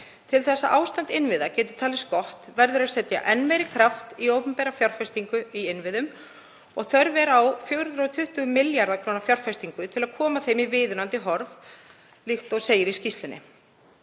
Til þess að ástand innviða geti talist gott verður að setja enn meiri kraft í opinbera fjárfestingu í innviðum og þörf er á 420 milljarða kr. fjárfestingu til að koma þeim í viðunandi horf, líkt og segir í skýrslunni.